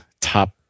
top